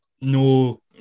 No